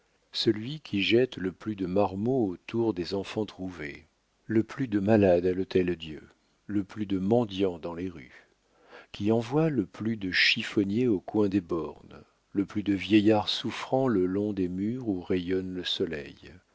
celui qui jette le plus de marmots au tour des enfants-trouvés le plus de malades à l'hôtel-dieu le plus de mendiants dans les rues qui envoie le plus de chiffonniers au coin des bornes le plus de vieillards souffrants le long des murs où rayonne le soleil